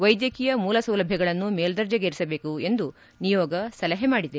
ವೈದ್ಯಕೀಯ ಮೂಲ ಸೌಲಭ್ಯಗಳನ್ನು ಮೇಲ್ವರ್ಜೆಗೇರಿಸಬೇಕು ಎಂದು ನಿಯೋಗ ಸಲಹೆ ಮಾಡಿದೆ